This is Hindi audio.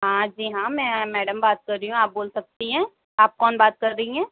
हाँ जी हाँ मैं मैडम बात कर रही हूँ आप बोल सकती हैं आप कौन बात कर रही हैं